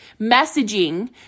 messaging